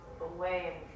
away